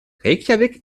reykjavík